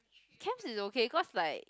camps is okay cause like